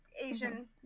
Asian